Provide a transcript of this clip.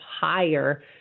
higher